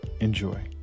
enjoy